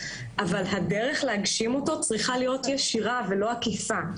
אבל הדרך להגשים אותו צריכה להיות ישירה ולא עקיפה.